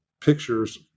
pictures